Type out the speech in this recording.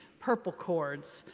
purple cords,